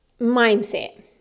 mindset